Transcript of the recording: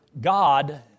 God